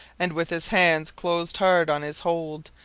and with his hands closed hard on his hold,